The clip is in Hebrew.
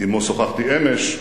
שעמו שוחחתי אמש.